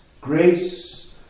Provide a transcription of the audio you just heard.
grace